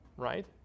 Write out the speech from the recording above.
right